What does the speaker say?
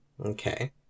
okay